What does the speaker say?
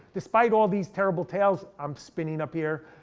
despite all these terrible tales i'm spinning up here,